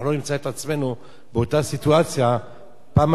באותה סיטואציה בפעם הבאה עם מישהו אחר.